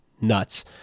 nuts